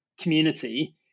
community